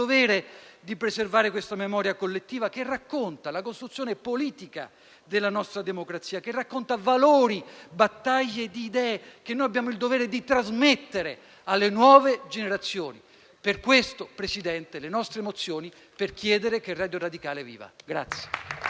di preservare questa memoria collettiva che racconta la costruzione politica della nostra democrazia, che racconta valori, battaglie di idee che noi abbiamo il dovere di trasmettere alle nuove generazioni. Per questo, signor Presidente, abbiamo presentato le nostre mozioni per chiedere che Radio Radicale viva.